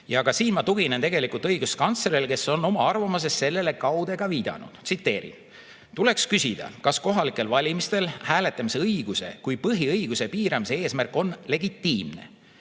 Ka siin ma tuginen tegelikult õiguskantslerile, kes on oma arvamuses sellele kaude viidanud. Tsiteerin: "Tuleks küsida, kas kohalikel valimistel hääletamise õiguse kui põhiõiguse piiramise eesmärk on legitiimne.